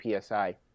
PSI